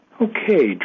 Okay